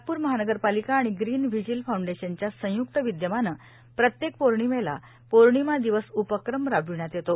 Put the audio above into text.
नागपूर महानगरपालिका आणि green vigil फाऊंडेशनच्या संयुक्त विद्यमाने प्रत्येक पोर्णिमेला पोर्णिमा दिवस उपक्रम राबविण्यात येतो